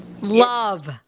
Love